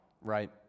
right